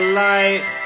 light